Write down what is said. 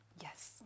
Yes